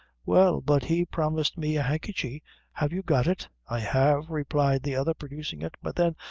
well, but he promised me a handkerchy have you got it? i have, replied the other, producing it but, then,